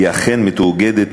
היא אכן מתואגדת